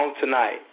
tonight